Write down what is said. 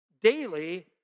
Daily